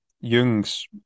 jung's